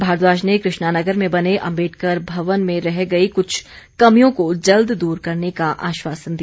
भारद्वाज ने कृष्णानगर में बने अम्बेडकर भवन में रह गई कृछ कमियों को जल्द दूर करने का आश्वासन दिया